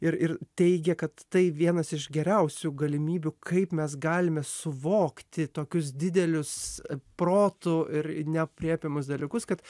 ir ir teigia kad tai vienas iš geriausių galimybių kaip mes galime suvokti tokius didelius protu ir neaprėpiamus dalykus kad